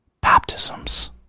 baptisms